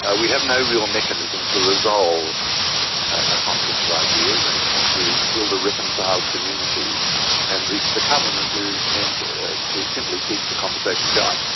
ah we have no real mechanism to resolve a conflict of ideas and and to build a reconciled community and the the covenant is meant to simply keep the conversation going.